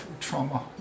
trauma